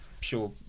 sure